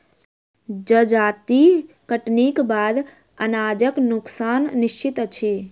जजाति कटनीक बाद अनाजक नोकसान निश्चित अछि